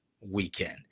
weekend